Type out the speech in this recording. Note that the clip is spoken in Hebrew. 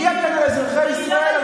מי יגן על אזרחי ישראל?